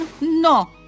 No